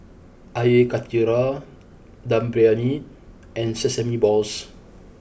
Air Karthira Dum Briyani and Sesame Balls